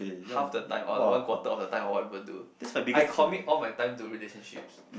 half the time or the one quarter of the time or whatever do I commit all my time to relationships